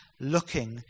Looking